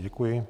Děkuji.